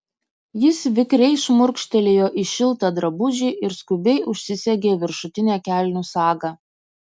jis vikriai šmurkštelėjo į šiltą drabužį ir skubiai užsisegė viršutinę kelnių sagą